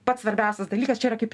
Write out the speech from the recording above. pats svarbiausias dalykas čia yra kaip